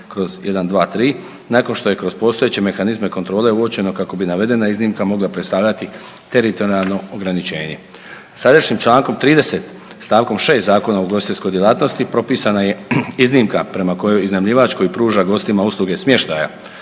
2006/123 nakon što je kroz postojeće mehanizme kontrole uočeno kako bi navedena iznimka mogla predstavljati teritorijalno ograničenje. Sadašnjim čl. 30. st. 6. Zakona o ugostiteljskoj djelatnosti propisana je iznimka prema kojoj iznajmljivač koji pruža gostima usluge smještaja